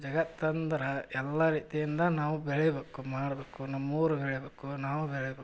ಜಗತ್ತಂದ್ರೆ ಎಲ್ಲ ರೀತಿಯಿಂದ ನಾವು ಬೆಳಿಬೇಕು ಮಾಡಬೇಕು ನಮ್ಮ ಊರು ಬೆಳಿಬೇಕು ನಾವೂ ಬೆಳಿಬೇಕು